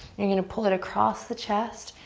you're gonna pull it across the chest,